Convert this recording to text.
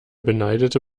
beneidete